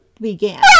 Began